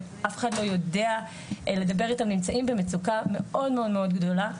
ואף אחד לא יודע לדבר איתם - נמצאים במצוקה מאוד מאוד מאוד גדולה,